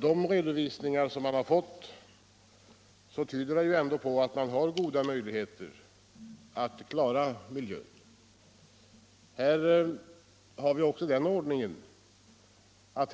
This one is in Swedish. De redovisningar vi fått tyder på att man har goda möjligheter att klara miljön. Här gäller också den ordningen att